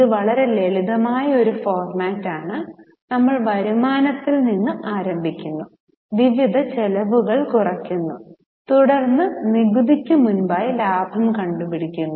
ഇത് വളരെ ലളിതമായ ഒരു ഫോർമാറ്റാണ് നമ്മൾ വരുമാനത്തിൽ നിന്ന് ആരംഭിക്കുന്നു വിവിധ ചെലവുകൾ കുറയ്ക്കുന്നു തുടർന്ന് നികുതിയ്ക്ക് മുമ്പായി ലാഭം കണ്ടു പിടിക്കുന്നു